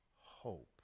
hope